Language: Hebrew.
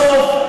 בסוף,